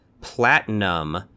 platinum